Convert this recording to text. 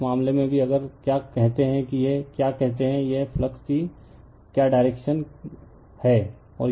तो इस मामले में भी अगर क्या कॉल है कि यह क्या कॉल है यह फ्लक्स की क्या डायरेक्शन की डायरेक्शन है और यह N टर्न है